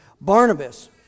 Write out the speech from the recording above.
Barnabas